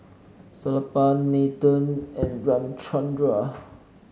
Sellapan Nathan and Ramchundra